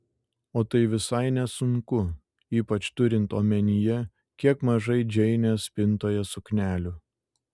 o tai visai nesunku ypač turint omenyje kiek mažai džeinės spintoje suknelių